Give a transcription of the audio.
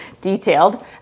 detailed